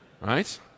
Right